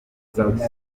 sauti